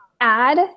add